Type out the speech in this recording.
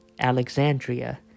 Alexandria